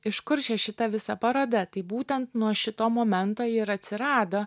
iš kur čia šita visa paroda tai būtent nuo šito momento ji ir atsirado